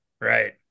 right